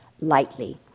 lightly